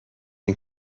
این